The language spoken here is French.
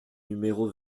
numéro